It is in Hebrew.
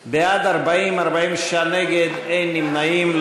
בעד, 40, 46 נגד, אין נמנעים.